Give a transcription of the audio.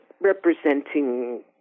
representing